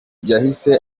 yahise